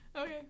Okay